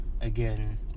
again